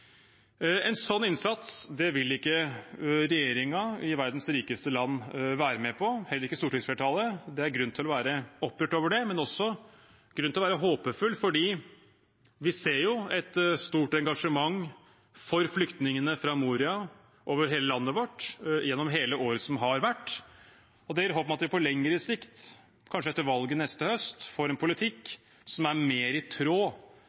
En sånn innsats vil ikke regjeringen i verdens rikeste land være med på, heller ikke stortingsflertallet. Det er grunn til å være opprørt over det. Men det er også grunn til å være håpefull, for vi har sett et stort engasjement for flyktningene fra Moria over hele landet vårt gjennom hele året som har vært. Det gir håp om at vi på lengre sikt, kanskje etter valget neste høst, får en politikk som er mer i tråd